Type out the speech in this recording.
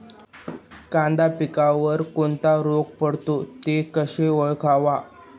कांदा पिकावर कोणता रोग पडतो? तो कसा ओळखावा?